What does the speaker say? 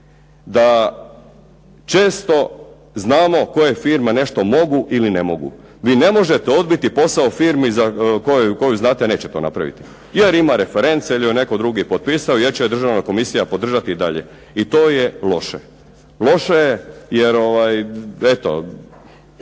da često znamo koje firme nešto mogu ili ne mogu. Vi ne možete odbiti posao firmi za koju znate neće to napraviti, jer ima reference ili joj je netko drugi potpisao jer će ju državna komisija podržati i dalje, i to je loše. Loše je jer eto